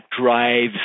drives